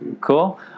cool